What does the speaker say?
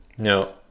No